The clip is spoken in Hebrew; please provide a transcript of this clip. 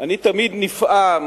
אני תמיד נפעם,